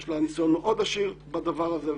שיש לה ניסיון עשיר מאוד בדבר הזה.